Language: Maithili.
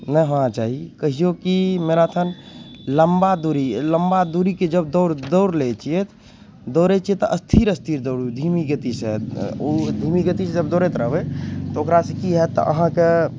नहि होना चाही कहियौ कि मैराथन लम्बा दूरी लम्बा दूरीके जब दौड़ दौड़ लै छियै दौड़य छियै तऽ स्थिरे स्थिरे दौड़ू धीमी गतिसँ उ धीमी गतिसँ जब दौड़ैत रहबय तऽ ओकरासँ कि होयत तऽ अहाँके